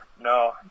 no